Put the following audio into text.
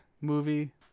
movie